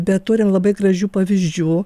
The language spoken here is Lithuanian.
bet turim labai gražių pavyzdžių